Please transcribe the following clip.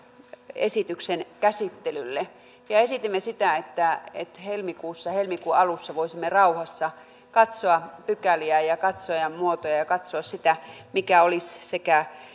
esityksen käsittelylle ja esitimme sitä että että helmikuun alussa voisimme rauhassa katsoa pykäliä ja ja katsoa muotoja ja katsoa sitä mikä olisi sekä